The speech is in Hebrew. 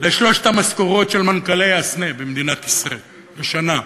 לשלוש המשכורות של מנכ"לי "הסנה" במדינת ישראל השנה,